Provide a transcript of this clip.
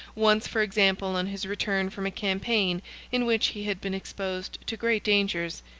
once, for example, on his return from a campaign in which he had been exposed to great dangers,